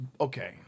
okay